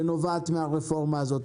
שנובעת מהרפורמה הזאת.